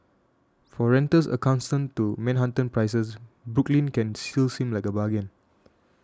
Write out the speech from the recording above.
for renters accustomed to Manhattan prices Brooklyn can still seem like a bargain